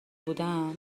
بودم